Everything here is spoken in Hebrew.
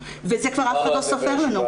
ואת זה כבר אף אחד לא סופר לנו.